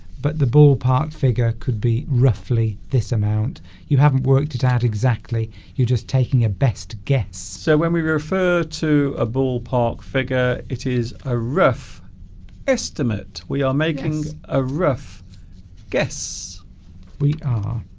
but the ballpark figure could be roughly this amount you haven't worked it out exactly you're just taking a best guess so when we refer to a ballpark figure it is a rough estimate we are making a rough guess we are